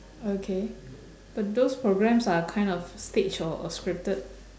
okay but those programs are kind of staged or or scripted